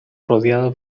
rodeado